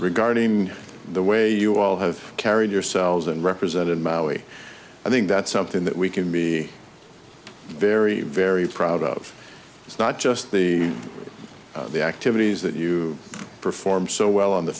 regarding the way you all have carried yourselves and represent in maui i think that's something that we can be very very proud of it's not just the the activities that you perform so well on the